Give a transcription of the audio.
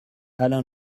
alain